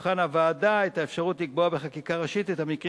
תבחן הוועדה את האפשרות לקבוע בחקיקה ראשית את המקרים